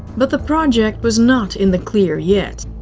but the project was not in the clear yet.